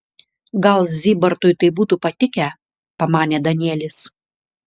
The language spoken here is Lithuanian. gal zybartui tai būtų patikę pamanė danielis